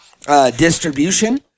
distribution